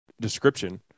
description